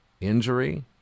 injury